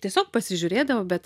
tiesiog pasižiūrėdavo bet